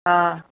हा